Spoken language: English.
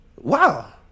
Wow